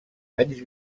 anys